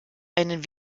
einen